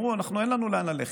הם אמרו: אין לנו לאן ללכת.